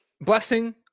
blessing